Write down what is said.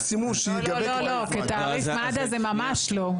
לא, לא, לא כתעריף מד"א, ממש לא.